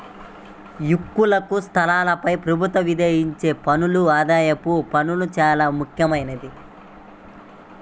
వ్యక్తులు, సంస్థలపై ప్రభుత్వం విధించే పన్నుల్లో ఆదాయపు పన్ను చానా ముఖ్యమైంది